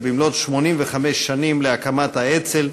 ציון 85 שנה להקמת האצ"ל,